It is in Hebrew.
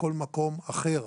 לכל מקום אחר.